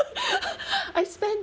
I spend